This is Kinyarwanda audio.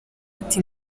ati